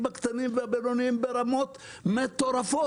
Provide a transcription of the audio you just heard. הקטנים והבינוניים ברמות מטורפות.